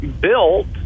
built